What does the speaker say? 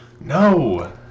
No